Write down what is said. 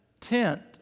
tent